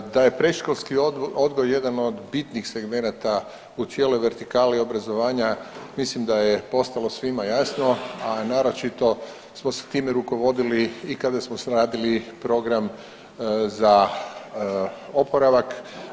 Da je predškolski odgoj jedan od bitnih segmenata u cijeloj vertikali obrazovanja mislim da je postalo svima jasno, a naročito smo se time rukovodili i kada smo radili program za oporavak.